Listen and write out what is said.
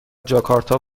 جاکارتا